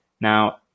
Now